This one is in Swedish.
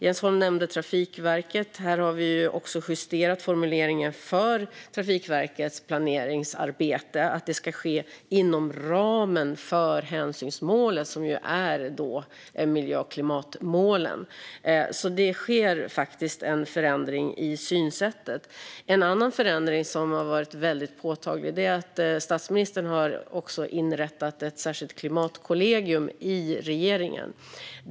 Jens Holm nämnde Trafikverket. Vi har justerat formuleringen för Trafikverkets planeringsarbete. Det ska ske inom ramen för hänsynsmålen, som är miljö och klimatmålen. Det sker alltså en förändring i synsättet. En annan förändring, som har varit påtaglig, är att statsministern har inrättat ett särskilt klimatkollegium i regeringen.